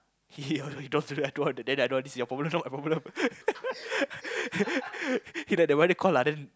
he don't want to do then I don't want this is your problem not my problem he like the mother call ah then